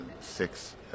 six